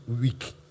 week